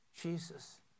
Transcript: Jesus